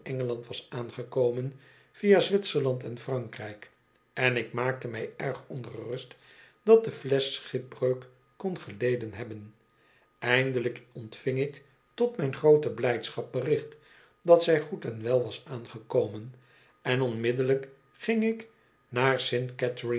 engeland was aangekomen via zwitserland en frankrijk en ik maakte mij erg ongerust dat de flesch schipbreuk kon geieden hebben eindelijk ontving ik tot mijn groote blijdschap bericht dat zij goed en wel was aangekomen en onmiddellijk ging ik naar